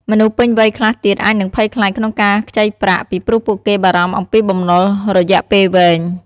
មនុស្សពេញវ័យខ្លះទៀតអាចនឹងភ័យខ្លាចក្នុងការខ្ចីប្រាក់ ពីព្រោះពួកគេបារម្ភអំពីបំណុលរយៈពេលវែង។